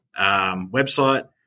website